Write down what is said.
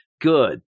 Good